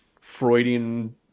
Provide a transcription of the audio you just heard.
Freudian